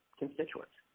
constituents